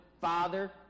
father